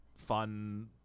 fun